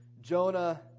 Jonah